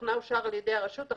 שתוכנה אושר על ידי הרשות,